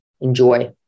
enjoy